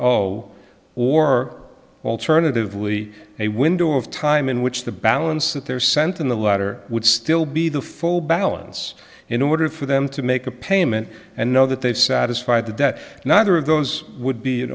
owe or alternatively a window of time in which the balance that they're sent in the letter would still be the full balance in order for them to make a payment and know that they satisfy the debt neither of those would be